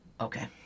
okay